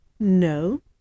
No